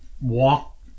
walk